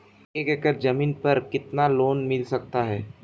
एक एकड़ जमीन पर कितना लोन मिल सकता है?